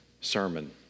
Sermon